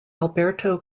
alberto